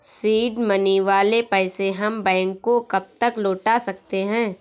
Seed money वाले पैसे हम बैंक को कब तक लौटा सकते हैं?